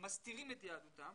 מסתירים את יהדותם